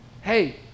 Hey